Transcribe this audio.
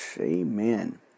amen